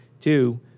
Two